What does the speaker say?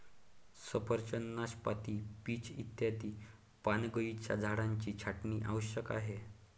सफरचंद, नाशपाती, पीच इत्यादी पानगळीच्या झाडांची छाटणी आवश्यक आहे